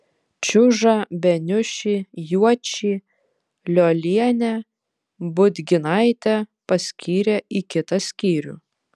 čiužą beniušį juočį liolienę budginaitę paskyrė į kitą skyrių